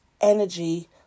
energy